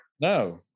No